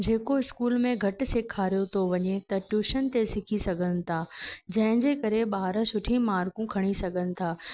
जेको स्कूल में घटि सेखारियो थो वञे त ट्यूशन ते सिखी सघनि था जंहिंजे करे ॿार सुठी मार्कूं खणी सघनि था